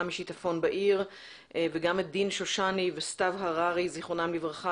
משיטפון בעיר וגם את דין שושני וסתיו הררי זיכרונם לברכה